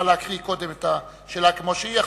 נא להקריא קודם את השאלה כמו שהיא,